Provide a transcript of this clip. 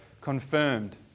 confirmed